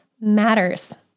matters